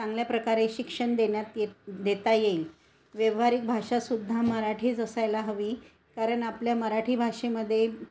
चांगल्या प्रकारे शिक्षण देण्यात येत देता येईल व्यावहारिक भाषा सुद्धा मराठीच असायला हवी कारण आपल्या मराठी भाषेमध्ये